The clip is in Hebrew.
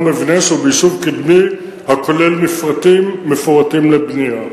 במבנה שהוא ביישוב קדמי הכולל מפרטים לבנייה.